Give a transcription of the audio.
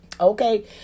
Okay